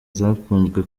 zakunzwe